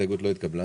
לא התקבלה.